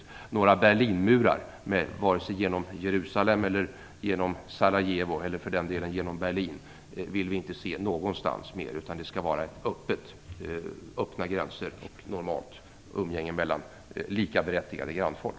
Några Berlinmurar, vare sig de går genom Jerusalem, Sarajevo eller för den delen Berlin, vill vi inte se någonstans mer, utan det skall vara öppna gränser och ett normalt umgänge mellan likaberättigade grannfolk.